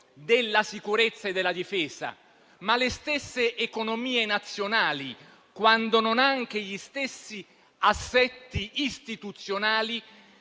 della sicurezza e della difesa, ma le stesse economie nazionali, quando non anche gli stessi assetti istituzionali,